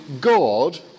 God